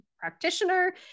practitioner